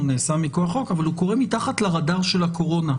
הוא נעשה מכוח חוק קורה מתחת לרדאר של הקורונה.